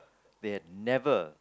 they had never